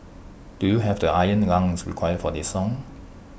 do you have the iron lungs required for this song